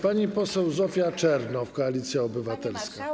Pani poseł Zofia Czernow, Koalicja Obywatelska.